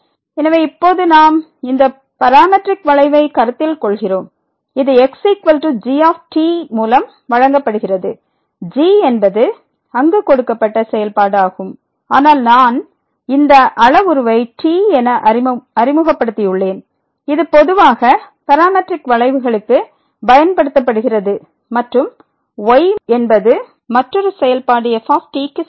எனவே இப்போது நாம் இந்த பாராமெட்ரிக் வளைவை கருத்தில் கொள்கிறோம் இது xg மூலம் வழங்கப்படுகிறது g என்பது அங்கு கொடுக்கப்பட்ட செயல்பாடு ஆகும் ஆனால் நான் இந்த அளவுருவை t என அறிமுகப்படுத்தியுள்ளேன் இது பொதுவாக பாராமெட்ரிக் வளைவுகளுக்கு பயன்படுத்தப்படுகிறது மற்றும் y என்பது மற்றொரு செயல்பாடு f க்கு சமம்